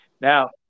Now